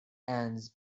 ends